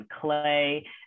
clay